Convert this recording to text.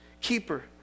keeper